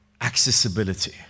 accessibility